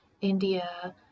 India